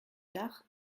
dach